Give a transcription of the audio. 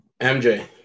MJ